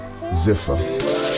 Ziffer